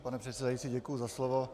Pane předsedající, děkuji za slovo.